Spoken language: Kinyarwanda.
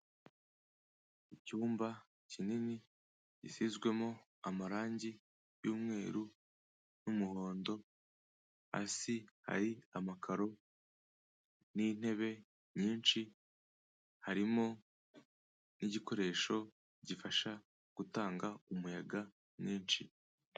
Icyumba kinini gisizwemo amarangi y'umweru n'umuhondo, hasi hari amakaro n'intebe nyinshi, harimo n'igikoresho gifasha gutanga umuyaga mwinshi.